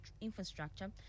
infrastructure